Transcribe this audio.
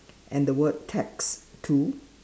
and the word tax two